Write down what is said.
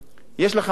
יש לך "מרצדס"?